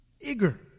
eager